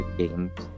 games